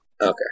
okay